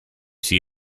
see